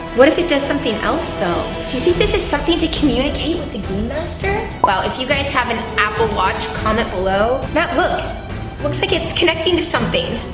what if it does something else though? do you think this is something to communicate with the game master. well if you guys have an apple watch, comment below. matt look, it looks like it's connecting to something.